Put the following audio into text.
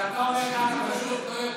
אתה פשוט לא יודע.